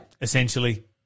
Essentially